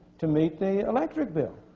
to meet the electric bill.